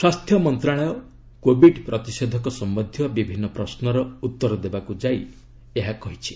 ସ୍ୱାସ୍ଥ୍ୟ ମନ୍ତ୍ରଣାଳୟ କୋବିଡ୍ ପ୍ରତିଷେଧକ ସମ୍ଭନ୍ଧୀୟ ବିଭିନ୍ନ ପ୍ରଶ୍ୱର ଉତ୍ତର ଦେବାକୁ ଯାଇ ଏହା କହିଛି